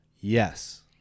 Yes